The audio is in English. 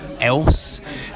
else